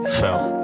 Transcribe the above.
felt